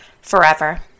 forever